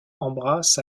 embrasse